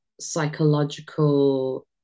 psychological